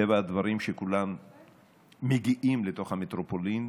טבע הדברים שכולם מגיעים לתוך המטרופולין,